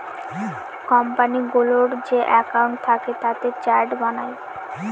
কোম্পানিগুলোর যে একাউন্ট থাকে তাতে চার্ট বানায়